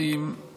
חבר הכנסת כסיף,